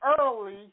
early